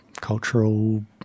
cultural